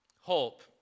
hope